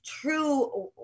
true